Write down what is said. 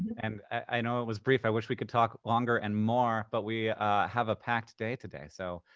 and i know it was brief. i wish we could talk longer and more, but we have a packed day today. so,